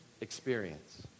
experience